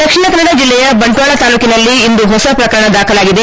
ದಕ್ಷಿಣ ಕನ್ನಡ ಜಿಲ್ಲೆಯ ಬಂಟ್ವಾಳ ತಾಲೂಕಿನಲ್ಲಿ ಇಂದು ಹೊಸ ಪ್ರಕರಣ ದಾಖಲಾಗಿದೆ